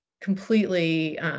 completely